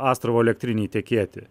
astravo elektrinei tekėti